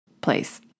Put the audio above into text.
place